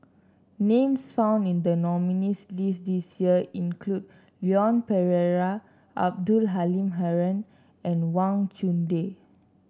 names found in the nominees' list this year include Leon Perera Abdul Halim Haron and Wang Chunde